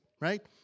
right